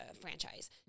franchise